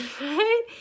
right